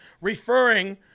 referring